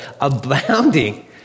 abounding